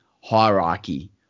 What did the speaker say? hierarchy